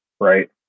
right